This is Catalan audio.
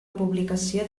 publicació